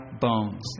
bones